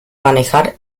manejar